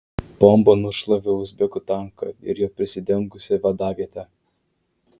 bomba nušlavė uzbekų tanką ir juo prisidengusią vadavietę